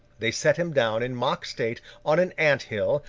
they set him down in mock state on an ant-hill,